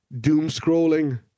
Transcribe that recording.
doom-scrolling